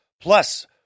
Plus